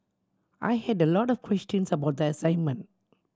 I had a lot of questions about the assignment